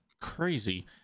crazy